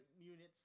units